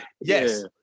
Yes